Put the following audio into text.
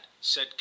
said